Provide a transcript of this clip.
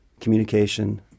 communication